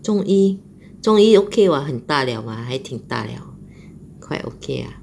中一中一 okay [what] 很大 liao 还挺大 liao quite okay lah